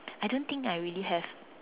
I don't think I really have